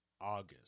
August